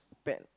pet